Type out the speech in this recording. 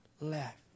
left